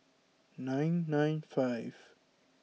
nine nine five